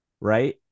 right